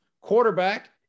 quarterback